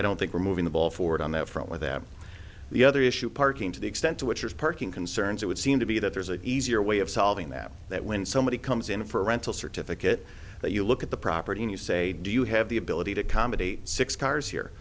i don't think we're moving the ball forward on that front where they have the other issue parking to the extent to parking concerns it would seem to be that there's an easier way of solving that that when somebody comes in for a rental certificate that you look at the property and you say do you have the ability to accommodate six cars here